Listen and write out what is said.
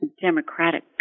democratic